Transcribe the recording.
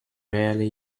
rarely